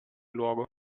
luogo